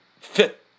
fit